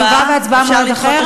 תשובה והצבעה במועד אחר,